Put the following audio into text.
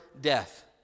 Death